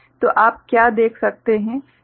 तो आप क्या देख सकते हैं